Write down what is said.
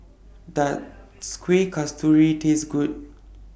Does Kueh Kasturi Taste Good